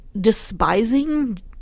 despising